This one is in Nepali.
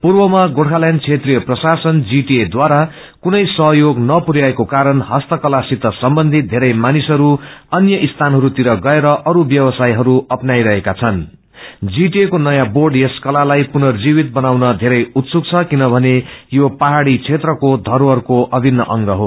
पूर्वमा गार्खाल्सण्ड क्षत्रिय प्रशासन द्वारा कुनै सहयोग नपुरयाएको कारण हस्तकला सित सम्बन्धित वेरै मानिसहरू अन्य स्थानहरू तिर गएर अरू व्यवसयहरू अपाईसकेका छन् जीटीए को नयाँ बोँड यस कलालाई पुर्नजीवित बनाउन थेरै उत्सुक छन् किनभने यो पहाड़ी क्षेत्रको धरोहरको अभिन्न अंग हो